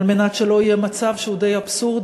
על מנת שלא יהיה מצב, שהוא די אבסורדי,